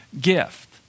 gift